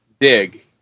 dig